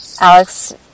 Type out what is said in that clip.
Alex